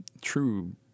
true